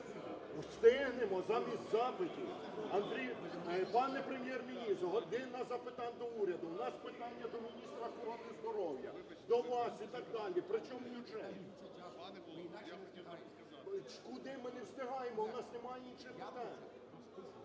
Встигнемо замість запитів. Пане Прем'єр-міністр, "година запитань до Уряду", у нас питання до міністра охорони здоров'я, до вас і так далі. Причому бюджет? (Шум у залі) Куди ми не встигаємо? У нас немає інших питань.